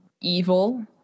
evil